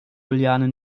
juliane